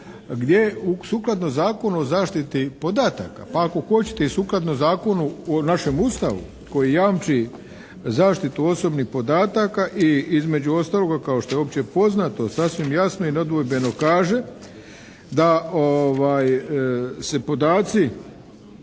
gdje sukladno Zakonu o zaštiti podataka pa ako hoćete i sukladno Zakonu o našem Ustavu koji jamči zaštitu osobnih podataka i između ostaloga kao što je opće poznato sasvim jasno i nedvojbeno kaže da se podaci,